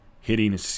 hitting